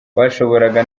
bashoboraga